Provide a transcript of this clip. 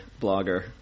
blogger